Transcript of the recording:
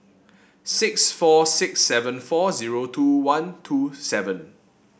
six four six seven four zero two one two seven